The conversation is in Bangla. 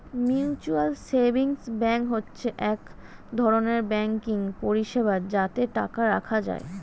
মিউচুয়াল সেভিংস ব্যাঙ্ক হচ্ছে এক ধরনের ব্যাঙ্কিং পরিষেবা যাতে টাকা রাখা যায়